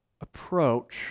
approach